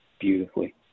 beautifully